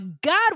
God